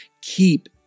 Keep